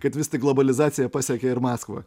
kad vis tik globalizacija pasiekė ir maskvą